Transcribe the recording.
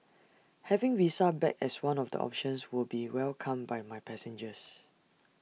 having visa back as one of the options will be welcomed by my passengers